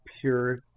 pure